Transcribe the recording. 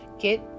get